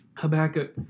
Habakkuk